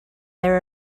there